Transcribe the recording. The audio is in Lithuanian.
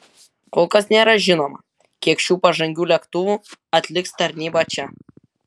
kol kas nėra žinoma kiek šių pažangių lėktuvų atliks tarnybą čia